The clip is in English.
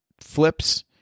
flips